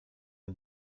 the